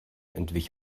entwich